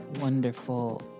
wonderful